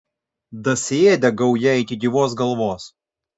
dasiėdė gauja iki gyvos galvos